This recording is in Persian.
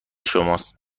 شماست